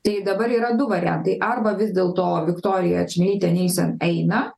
tai dabar yra du variantai arba vis dėlto viktorija čmilytė nielsen eina